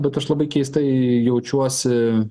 bet aš labai keistai jaučiuosi